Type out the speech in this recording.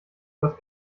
was